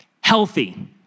Healthy